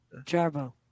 Jarbo